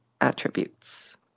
attributes